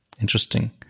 Interesting